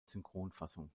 synchronfassung